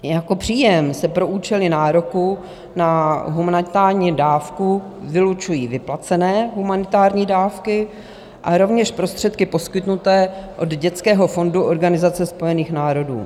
Jako příjem se pro účely nároku na humanitární dávku vylučují vyplacené humanitární dávky a rovněž prostředky poskytnuté od Dětského fondu Organizace spojených národů.